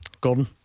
Gordon